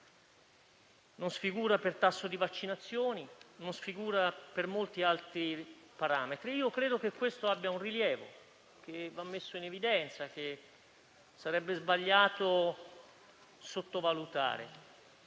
non sfigura, per tasso di vaccinazioni e per molti altri parametri. Io credo che questo abbia un rilievo e che debba essere messo in evidenza; sarebbe sbagliato sottovalutarlo.